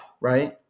right